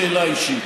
שאלה אישית.